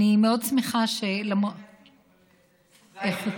מעטים אבל איכותיים.